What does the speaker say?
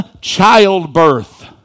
childbirth